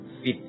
fit